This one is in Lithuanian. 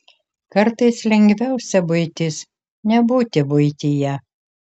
kartais lengviausia buitis nebūti buityje